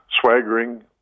swaggering